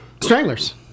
Stranglers